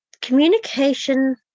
Communication